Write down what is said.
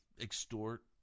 extort